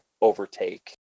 overtake